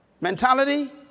Mentality